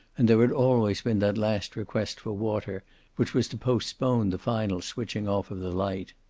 and there had always been that last request for water which was to postpone the final switching off of the light.